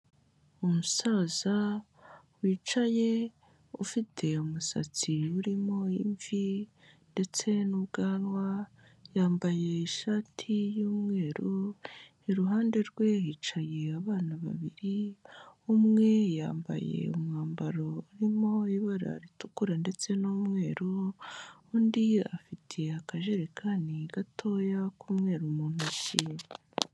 Umusaza wicaye ufite umusatsi urimo imvi ndetse n'ubwanwa, yambaye ishati y'umweru. Iruhande rwe hicaye abana babiri. Umwe yambaye umwambaro urimo ibara ritukura ndetse n'umweru. Undi afite akajerekani gatoya k'umweru mu ntoki.